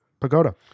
Pagoda